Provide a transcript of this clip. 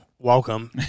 Welcome